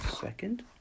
second